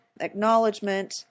Acknowledgement